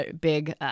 big